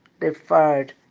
deferred